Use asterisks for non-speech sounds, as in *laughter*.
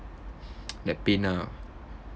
*breath* *noise* like pain ah